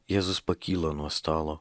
jėzus pakyla nuo stalo